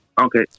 Okay